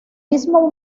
mismo